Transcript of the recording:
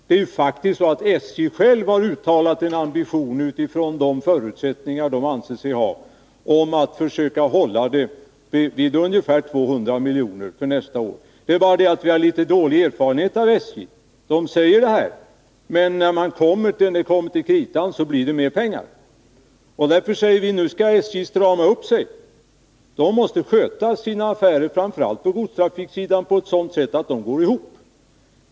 SJ har faktiskt själv uttalat en ambition att utifrån sina förutsättningar försöka begränsa underskottet till ungefär 200 milj.kr. nästa år. Men vi har litet dålig erfarenhet av SJ när det kommer till kritan blir det i regel fråga om mer pengar. Därför säger vi att nu skall SJ strama upp sig — företaget måste sköta sina affärer, framför allt på godstrafiksidan, så att de går ihop.